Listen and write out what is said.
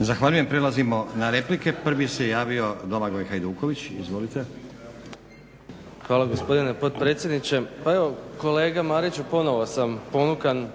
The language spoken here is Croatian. Zahvaljujem. Prelazimo na replike. Prvi se javio Domagoj Hajduković. Izvolite. **Milošević, Domagoj Ivan (HDZ)** Hvala gospodine potpredsjedniče. Pa evo kolega Mariću, ponovo sam ponukan